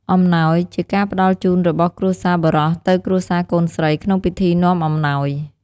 អំណោយជាការផ្ដល់ជូនរបស់គ្រួសារបុរសទៅគ្រួសារកូនស្រី ក្នុងពិធីនាំអំណោយ។